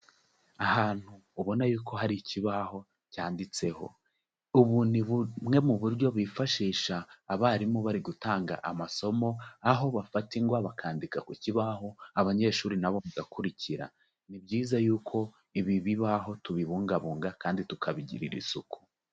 Ahantu ubona yuko hari ikibaho cyanditseho, ubu ni bumwe mu buryo bifashisha abarimu bari gutanga amasomo, aho bafati igwa bakandika ku kibaho abanyeshuri nabo bagakurikira, ni byiza yuko ibi bibaho tubibungabunga kandi tukabigirira isuku.